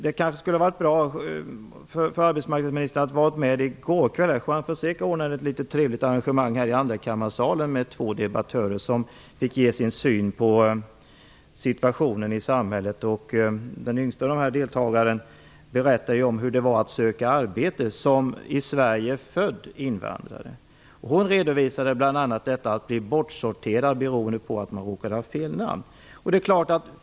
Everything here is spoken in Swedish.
Det kanske skulle ha varit bra om arbetsmarknadsministern hade varit med i går kväll då Juan Fonseca ordnade ett trevligt arrangemang i andrakammarsalen där två debattörer fick ge sin syn på situationen i samhället. Den yngsta deltagaren berättade om hur det var att söka arbete som i Sverige född invandrare. Hon redovisade bl.a. detta att bli bortsorterad beroende på att man råkar ha "fel" namn.